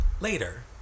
later